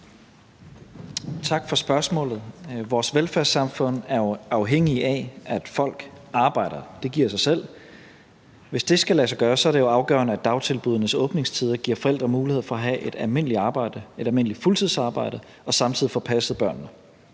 Tak for spørgsmålet. Vores velfærdssamfund er afhængigt af, at folk arbejder – det giver sig selv. Hvis det skal kunne lade sig gøre, er det jo afgørende, at dagtilbuddenes åbningstider giver forældre mulighed for at have et almindeligt arbejde, altså et almindeligt fuldtidsarbejde, og samtidig få passet børnene.